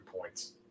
points